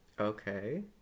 Okay